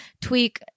tweak